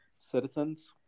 citizens